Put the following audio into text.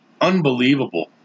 unbelievable